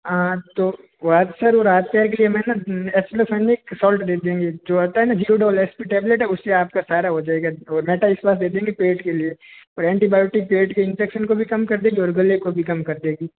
हाँ तो अलसर के लिए मैं ना साल्ट दे देंगे जो होता है ना ज़ीरोडॉल एस पी टेबलेट है उस से आप का सारा हो जाएगा दे देंगे पेट के लिए और एंटीबायोटिक पेट के इंफेक्शन को भी कम कर देगी और गले को भी कम कर देगी